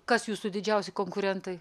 kas jūsų didžiausi konkurentai